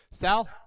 Sal